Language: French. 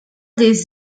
des